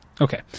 okay